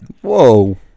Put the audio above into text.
Whoa